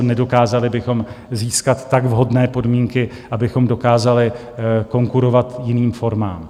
Nedokázali bychom získat tak vhodné podmínky, abychom dokázali konkurovat jiným formám.